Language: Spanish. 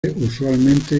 usualmente